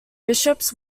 bishops